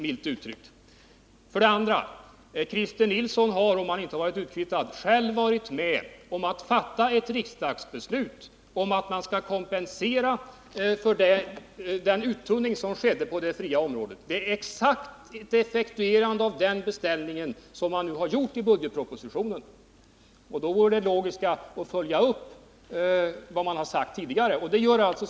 Christer Nilsson har vidare själv — såvida han inte var utkvittad vid det tillfället — varit med om att fatta ett riksdagsbeslut om att man skall kompensera för den uttunning som skett på det fria området. Det förslag som nu framläggs i budgetpropositionen är ett samvetsgrant effektuerande av den beställningen. Det mest logiska vore att socialdemokraterna följde upp det som de tidigare tagit ställning för.